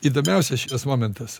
įdomiausias šitas momentas